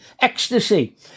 Ecstasy